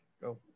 go